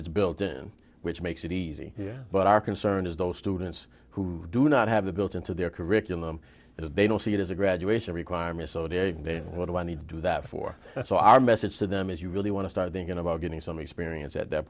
it's built in which makes it easy yeah but our concern is those students who do not have a built into their curriculum as they don't see it as a graduation requirement so to then what do i need to do that for so our message to them is you really want to start thinking about getting some experience at that